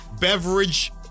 beverage